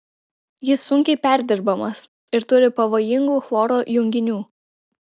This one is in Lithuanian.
jis sunkiai perdirbamas ir turi pavojingų chloro junginių